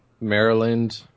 Maryland